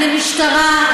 משטרה,